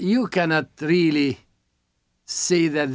you cannot really see that